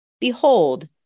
behold